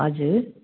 हजुर